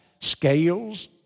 scales